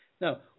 Now